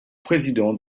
président